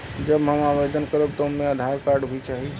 जब हम आवेदन करब त ओमे आधार कार्ड भी चाही?